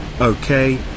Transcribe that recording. Okay